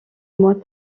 mois